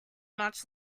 much